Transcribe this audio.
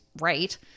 right